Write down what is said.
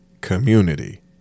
community